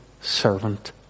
servant